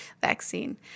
vaccine